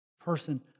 person